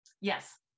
Yes